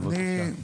בבקשה.